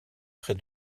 près